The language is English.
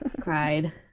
Cried